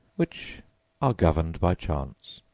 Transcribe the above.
which are governed by chance.